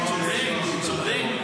הוא צודק.